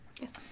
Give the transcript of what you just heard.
Yes